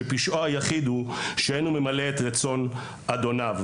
שפשעו היחיד הוא שאין הוא ממלא את רצון אדוניו.